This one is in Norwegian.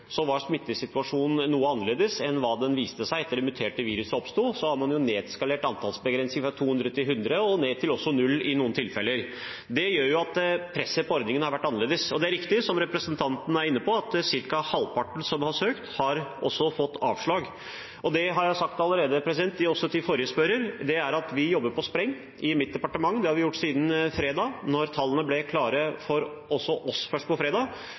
var smittesituasjonen noe annerledes enn hva den viste seg å være etter at det muterte viruset oppsto. Man har nedskalert antallsbegrensningen fra 200 til 100, og også ned til null i noen tilfeller. Det gjør at presset på ordningen har vært annerledes. Det er riktig som representanten er inne på, at ca. halvparten som har søkt, har fått avslag. Jeg har allerede sagt, også til forrige spørrer, at vi jobber på spreng i mitt departement, det har vi gjort siden fredag. Tallene ble klare også for oss først på fredag,